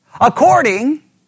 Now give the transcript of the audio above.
according